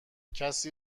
کسی